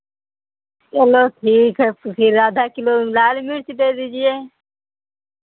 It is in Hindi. चलो ठीक है तो फिर आधा किलो लाल मिर्च दे दीजिए